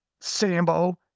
Sambo